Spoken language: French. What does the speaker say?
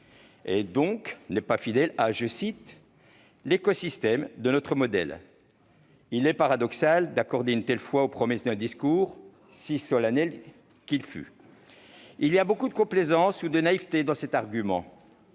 donc pas fidèle à l'« écosystème » de notre modèle. Il est paradoxal d'accorder une telle foi aux promesses d'un discours, si solennel fût-il ... Il y a beaucoup de complaisance ou de naïveté dans cet argument.